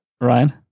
Ryan